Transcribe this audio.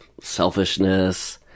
selfishness